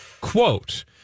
quote